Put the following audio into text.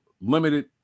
limited